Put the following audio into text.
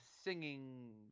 singing